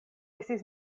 estis